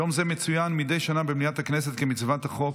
יום זה מצוין מדי שנה במליאת הכנסת, כמצוות החוק.